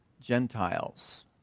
Gentiles